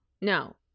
No